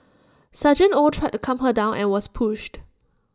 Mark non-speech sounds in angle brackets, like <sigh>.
<unintelligible> oh tried to calm her down and was pushed